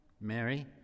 Mary